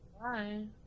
bye